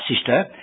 sister